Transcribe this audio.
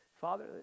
Father